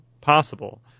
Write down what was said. possible